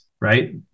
right